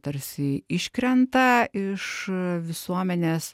tarsi iškrenta iš visuomenės